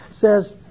says